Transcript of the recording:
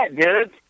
dude